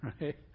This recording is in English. right